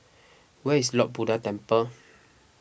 where is Lord Buddha Temple